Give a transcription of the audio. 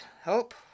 help